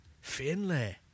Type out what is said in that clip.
Finley